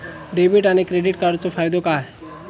Debit आणि credit कार्डचो फायदो काय?